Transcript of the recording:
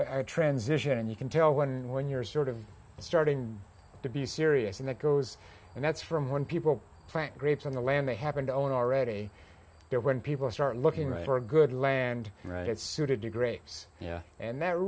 a transition and you can tell when when you're sort of starting to be serious and that goes and that's from when people crank grapes on the land they happen to own already there when people start looking for a good land right it's suited to grapes and that